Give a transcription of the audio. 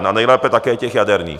A nejlépe také těch jaderných.